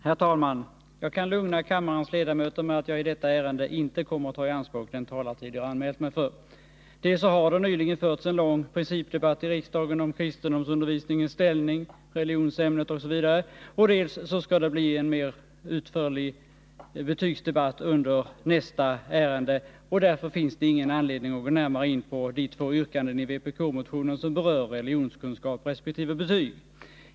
Herr talman! Jag kan lugna kammarens ledamöter med att jag i detta ärende inte kommer att ta i anspråk den talartid jag har anmält mig för. Dels har det nyligen förts en lång principdebatt i riksdagen om kristendomsundervisningens ställning, dels skall det bli en mer utförlig betygsdebatt under nästa ärende. Därför finns det ingen anledning att gå närmare in på de två yrkanden i vpk-motionen som berör religionskunskap resp. betyg.